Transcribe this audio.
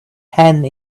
end